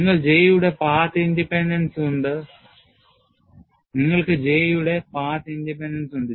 നിങ്ങൾക്ക് J യുടെ path dependence ഉണ്ട്